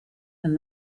and